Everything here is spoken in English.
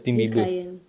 this client